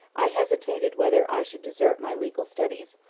i hesitated whether i should desert my legal studies,